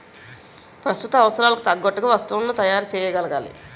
ప్రస్తుత అవసరాలకు తగ్గట్టుగా వస్తువులను తయారు చేయగలగాలి